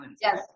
Yes